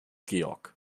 georg